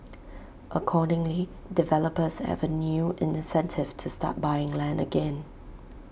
accordingly developers have A new incentive to start buying land again